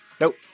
Nope